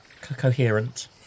coherent